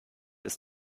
ist